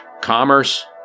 Commerce